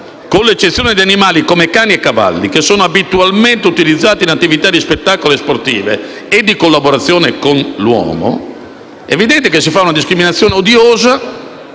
un'eccezione per animali come cani e cavalli, abitualmente utilizzati in attività di spettacolo, sportive e di collaborazione con l'uomo. Come vedete, si fa una discriminazione odiosa